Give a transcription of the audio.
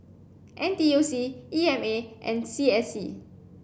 N T U C E M A and C S C